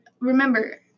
remember